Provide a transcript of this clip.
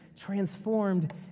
transformed